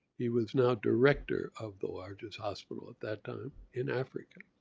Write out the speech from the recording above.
he was now director of the largest hospital at that time in africa.